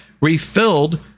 refilled